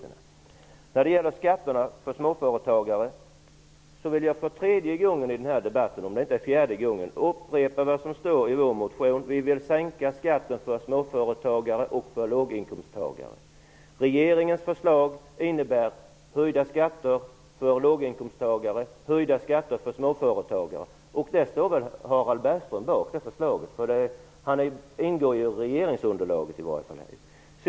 När det gäller skatterna för småföretagare vill jag för tredje gången i den här debatten -- om det inte är fjärde gången -- upprepa vad som står i vår motion. Vi vill sänka skatten för småföretagare och låginkomsttagare. Regeringens förslag innebär höjda skatter för låginkomsttagare och småföretagare. Det förslaget står väl Harald Bergström bakom. Han ingår ju i regeringsunderlaget.